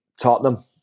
Tottenham